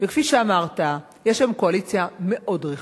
וכפי שאמרת, יש היום קואליציה מאוד רחבה,